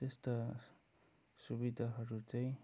त्यस्तो सुविधाहरू चाहिँ